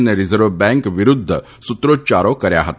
અને reserve bank વિરુધ્ધ સુત્રોચ્યારો કર્યા હતા